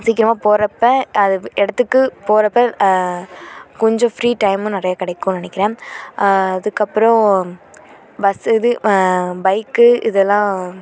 சீக்கிரமாக போகிறப்ப அது இடத்துக்கு போகிறப்ப கொஞ்சம் ஃப்ரீ டைமும் நிறையா கிடைக்கும் நெனைக்கிறேன் அதுக்கப்புறம் பஸ்ஸு இது பைக்கு இதெல்லாம்